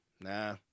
nah